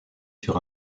sur